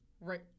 Right